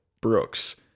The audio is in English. Brooks